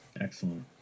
Excellent